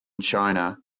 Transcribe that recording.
china